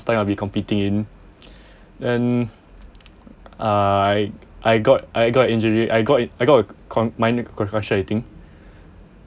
time I'll be competing in then uh I I got I got injury I got I got a con~ minor concussion I think